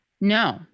No